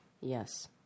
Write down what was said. yes